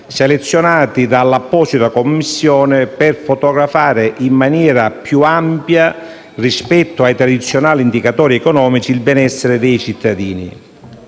selezionati dall'apposita Commissione per fotografare, in maniera più ampia rispetto ai tradizionali indicatori economici, il benessere dei cittadini.